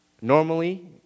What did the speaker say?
Normally